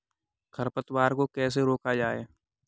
खरपतवार को कैसे रोका जाए?